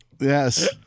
Yes